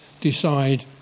decide